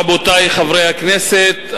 רבותי חברי הכנסת,